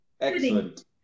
excellent